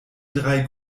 drei